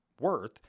worth